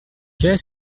qu’est